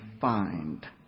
find